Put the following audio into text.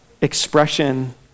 expression